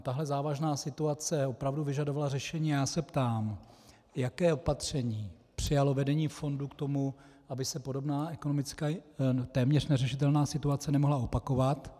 Tahle závažná situace opravdu vyžadovala řešení a já se ptám, jaké opatření přijalo vedení fondu k tomu, aby se podobná, ekonomicky téměř neřešitelná situace nemohla opakovat.